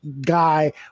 guy